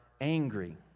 angry